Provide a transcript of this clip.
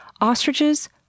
Ostriches